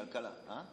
כלכלה, אה?